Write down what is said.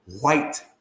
white